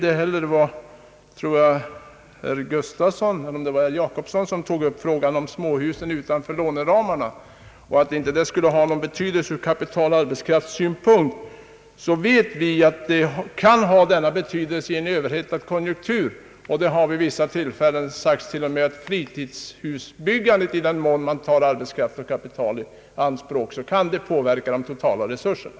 Beträffande frågan om småhusen utanför låneramarna vilken inte skulle ha någon betydelse ur kapitaloch arbetskraftssynpunkt — jag tror det var herr Jacobsson som berörde detta — så vet vi att i en överhettad konjunktur kan det omvända förhållandet ändå förekomma. Det har t.o.m. vid vissa tillfällen sagts att fritidshusbyggandet — där man tar arbetskraft och kapital i anspråk — kan påverka de totala resurserna.